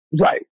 right